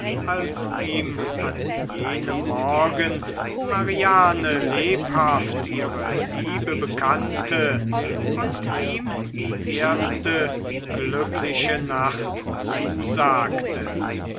als ihm an jenem morgen mariane lebhaft ihre liebe bekannte und ihm die erste glückliche nacht zusagte